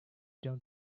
don’t